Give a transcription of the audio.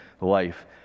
life